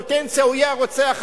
שבפוטנציה הוא יהיה הרוצח הבא.